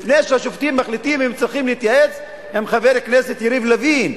לפני שהשופטים מחליטים הם צריכים להתייעץ עם חבר הכנסת יריב לוין,